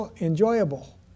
enjoyable